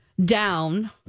down